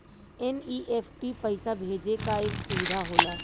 NEFT पइसा भेजे क एक सुविधा होला